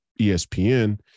ESPN